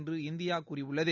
என்று இந்தியாகூறியுள்ளது